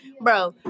Bro